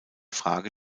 frage